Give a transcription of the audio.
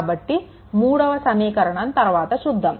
కాబట్టి మూడవ సమీకరణం తరువాత చూస్తాము